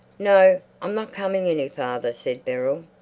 no, i'm not coming any farther, said beryl.